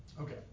Okay